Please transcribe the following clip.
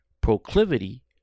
proclivity